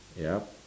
yup